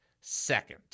second